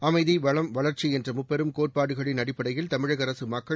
அமைதி வளம் வளர்ச்சி என்ற மும்பெரும் கோட்பாடுகளின் அடிப்படையில் தமிழக அரசு மக்கள்